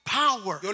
power